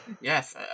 Yes